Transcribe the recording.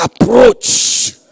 approach